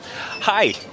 hi